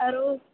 आओरो